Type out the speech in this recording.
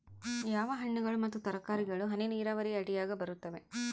ಯಾವ ಹಣ್ಣುಗಳು ಮತ್ತು ತರಕಾರಿಗಳು ಹನಿ ನೇರಾವರಿ ಅಡಿಯಾಗ ಬರುತ್ತವೆ?